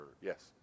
Yes